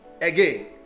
again